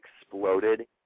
exploded